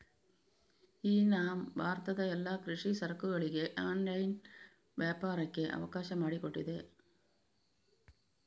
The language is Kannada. ಇ ನಾಮ್ ಭಾರತದ ಎಲ್ಲಾ ಕೃಷಿ ಸರಕುಗಳಿಗೆ ಆನ್ಲೈನ್ ವ್ಯಾಪಾರಕ್ಕೆ ಅವಕಾಶ ಮಾಡಿಕೊಟ್ಟಿದೆ